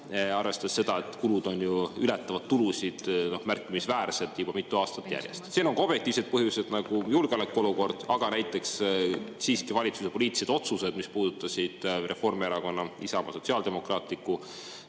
arvestades seda, et kulud ületavad tulusid märkimisväärselt juba mitu aastat järjest. Sellel on ka objektiivsed põhjused, nagu julgeolekuolukord, aga [mõjutasid ka] siiski valitsuse poliitilised otsused, mis puudutasid Reformierakonna, Isamaa ja sotsiaaldemokraatide